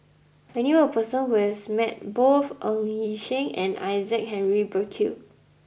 I knew a person who has met both Ng Yi Sheng and Isaac Henry Burkill